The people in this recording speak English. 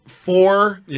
Four